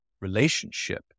relationship